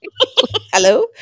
Hello